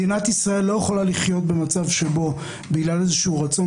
מדינת ישראל לא יכולה לחיות במצב שבו בגלל רצון